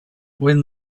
when